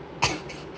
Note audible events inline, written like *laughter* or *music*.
*noise*